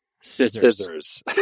scissors